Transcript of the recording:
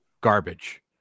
garbage